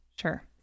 Sure